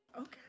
Okay